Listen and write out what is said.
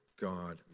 God